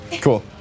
cool